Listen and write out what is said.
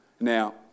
Now